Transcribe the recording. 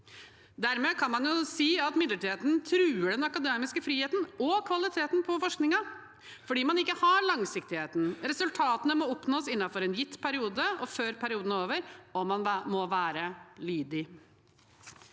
Dermed kan man si at midlertidigheten truer den akademiske friheten og kvaliteten på forskningen, for man har ikke langsiktigheten, resultatene må oppnås innenfor en gitt periode og før perioden er over, og man må være lydig.